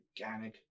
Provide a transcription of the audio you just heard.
organic